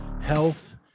health